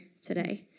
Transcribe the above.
today